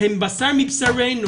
הם בשר מבשרינו